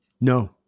No